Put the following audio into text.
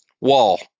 wall